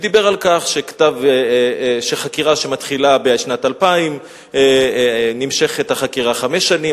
ודיבר על כך שחקירה שמתחילה בשנת 2000 נמשכת חמש שנים,